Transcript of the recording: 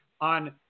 on